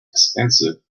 expensive